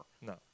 No